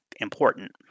important